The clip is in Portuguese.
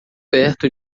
perto